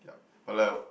yup but like